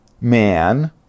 man